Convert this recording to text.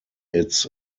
its